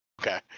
Okay